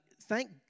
thank